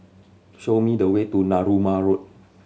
show me the way to Narooma Road